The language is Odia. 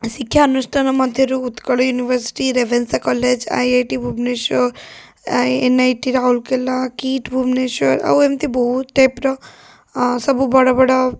ଶିକ୍ଷା ଅନୁଷ୍ଠାନ ମଧ୍ୟରୁ Utkal University Ravenshaw College I I T Bhubaneswar N I T Rourkela KIIT Bhubaneswar ଆଉ ଏମତି ବହୁତ ଟାଇପର ସବୁ ବଡ଼ ବଡ଼